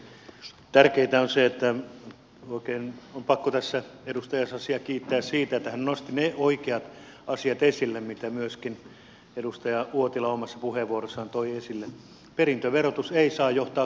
tärkeintä on se on oikein pakko tässä edustaja sasia kiittää siitä että hän nosti ne oikeat asiat esille mitä myöskin edustaja uotila omassa puheenvuorossaan toi esille että perintöverotus ei saa johtaa kohtuuttomuuteen